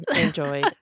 enjoy